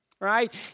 right